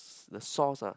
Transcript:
the sauce ah